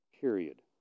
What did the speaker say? period